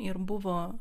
ir buvo